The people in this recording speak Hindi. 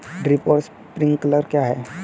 ड्रिप और स्प्रिंकलर क्या हैं?